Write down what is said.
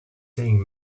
saying